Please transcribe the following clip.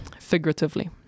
figuratively